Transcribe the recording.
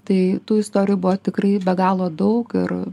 tai tų istorijų buvo tikrai be galo daug ir